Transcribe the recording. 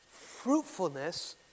Fruitfulness